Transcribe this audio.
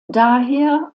daher